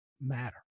matter